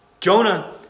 Jonah